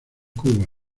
cuba